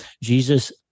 Jesus